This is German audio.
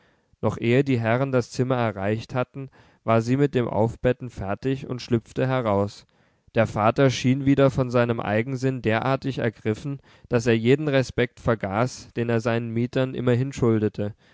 noch ehe die herren das zimmer erreicht hatten war sie mit dem aufbetten fertig und schlüpfte heraus der vater schien wieder von seinem eigensinn derartig ergriffen daß er jeden respekt vergaß den er seinen mietern immerhin schuldete